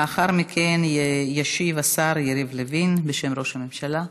לאחר מכן ישיב השר יריב לוין, בשם ראש הממשלה.